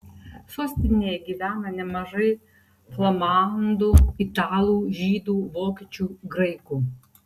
sostinėje gyvena nemažai flamandų italų žydų vokiečių graikų